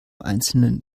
einzelnen